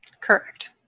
Correct